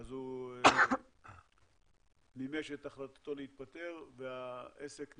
אז הוא מימש את החלטתו להתפטר והעסק נסגר.